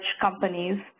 companies